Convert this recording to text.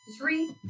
Three